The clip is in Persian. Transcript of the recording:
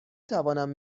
توانم